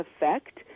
effect